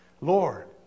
lord